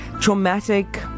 traumatic